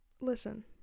Listen